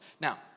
Now